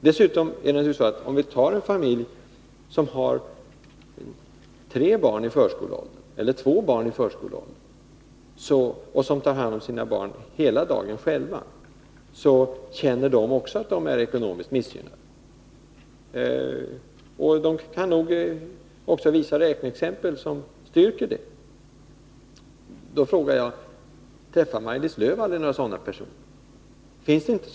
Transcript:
Föräldrarna i en familj med två eller tre barn i förskoleåldern kan ju också välja att helt ta hand om barnen själva, och de känner sig också missgynnade. De kan säkert visa räkneexempel som styrker det. Då frågar jag: Träffar Maj-Lis Lööw aldrig några sådana personer?